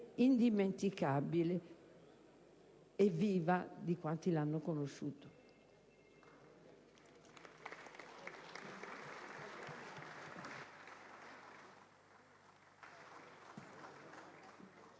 indimenticabile e viva di quanti l'hanno conosciuta.